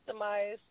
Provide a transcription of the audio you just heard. customize